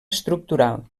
estructural